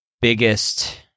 biggest